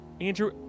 Andrew